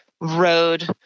road